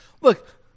Look